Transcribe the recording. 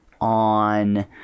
on